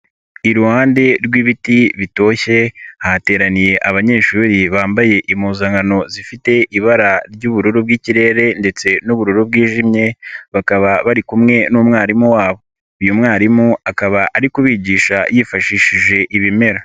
Iruhande rw'ibiti bitoshye hateraniye abanyeshuri bambaye impuzankano zifite ibara ry'ubururu bw'ikirere ndetse n'ubururu bwijimye, bakaba bari kumwe n'umwarimu wabo. Uyu mwarimu akaba ari kubigisha yifashishije ibimera.